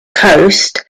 coast